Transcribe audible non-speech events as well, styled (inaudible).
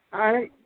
(unintelligible)